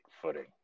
footing